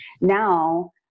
now